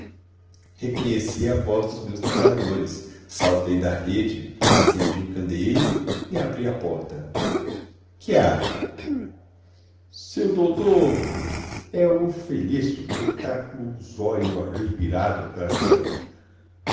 reconheci a voz dos meus trabalhadores saltei da rede acendi o candeeiro e abri a porta que há seu doutô é u feliço qui tá cô us óios arrivirados pra riba